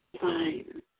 Fine